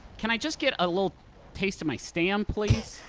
can i just get a little taste of my stam, please?